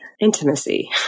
intimacy